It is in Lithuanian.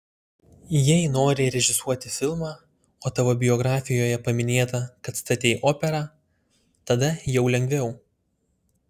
jei nori režisuoti filmą o tavo biografijoje paminėta kad statei operą tada jau lengviau